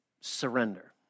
surrender